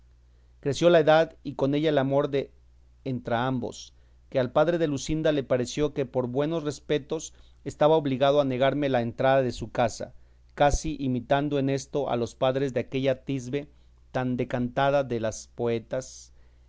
creció la edad y con ella el amor de entrambos que al padre de luscinda le pareció que por buenos respetos estaba obligado a negarme la entrada de su casa casi imitando en esto a los padres de aquella tisbe tan decantada de los poetas